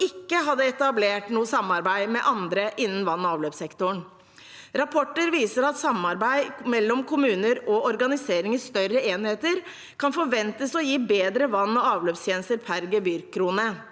ikke hadde etablert noe samarbeid med andre innen vann- og avløpssektoren. Rapporter viser at samarbeid mellom kommuner og organisering i større enheter kan forventes å gi bedre vann- og avløpstjenester per gebyrkrone.